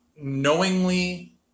knowingly